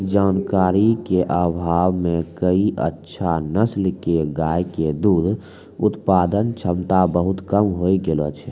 जानकारी के अभाव मॅ कई अच्छा नस्ल के गाय के दूध उत्पादन क्षमता बहुत कम होय गेलो छै